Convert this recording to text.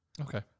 Okay